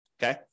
Okay